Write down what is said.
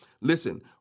listen